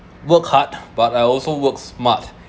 work hard but I also work smart